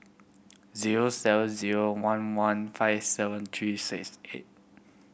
zero seven zero one one five seven three six eight